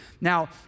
Now